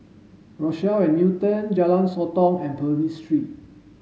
Rochelle at Newton Jalan Sotong and Purvis Street